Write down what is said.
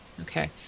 Okay